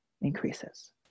increases